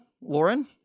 Lauren